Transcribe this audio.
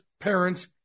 parents